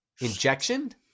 Injection